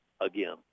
again